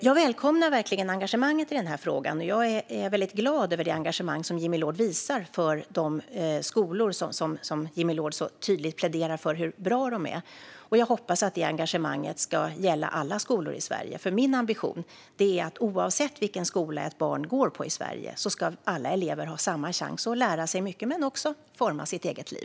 Jag välkomnar verkligen engagemanget i frågan, och jag är väldigt glad över det engagemang som Jimmy Loord visar för de skolor som han så tydligt pläderar för när det gäller hur bra de är. Jag hoppas att detta engagemang ska gälla alla skolor i Sverige, för min ambition är att oavsett vilken skola ett barn går på i Sverige ska alla elever ha samma chans att lära sig mycket men också att forma sitt eget liv.